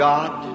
God